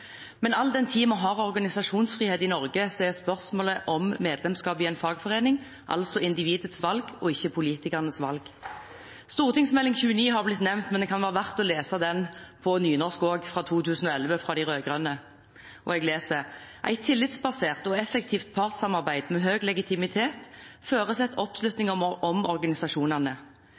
Men all den tid vi har organisasjonsfrihet i Norge, er spørsmålet om medlemskap i en fagforening er individets valg og ikke politikernes valg. Meld. St. 29 for 2010–2011 har blitt nevnt, men det kan være verdt å lese den som kom på nynorsk også, den som kom fra de rød-grønne i 2011: «Eit tillitsbasert og effektivt partssamarbeid med høg legitimitet føreset oppslutning om